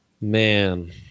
Man